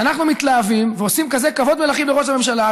שאנחנו מתלהבים ועושים כזה כבוד מלכים לראש הממשלה.